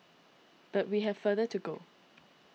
but we have further to go